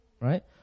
right